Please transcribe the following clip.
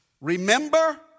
Remember